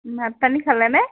ভাত পানী খালে নে